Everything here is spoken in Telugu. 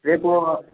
రేపు